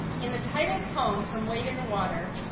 in the title poem from wade in the water,